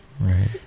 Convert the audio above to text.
Right